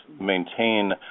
maintain